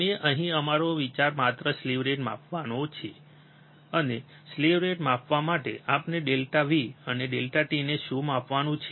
અમે અહીં અમારો વિચાર માત્ર સ્લીવ રેટને માપવાનો છે અને સ્લીવ રેટ માપવા માટે આપણે ડેલ્ટા V અને ડેલ્ટા t ને શું માપવાનું છે